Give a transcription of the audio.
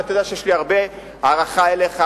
ואתה יודע שיש לי הרבה הערכה אליך,